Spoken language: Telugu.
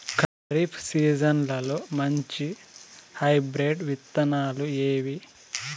ఖరీఫ్ సీజన్లలో మంచి హైబ్రిడ్ విత్తనాలు ఏవి